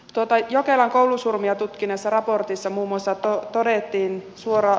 jokelan koulusurmia tutkineessa raportissa muun muassa todettiin